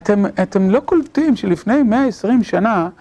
אתם, אתם לא קולטים שלפני 120 שנה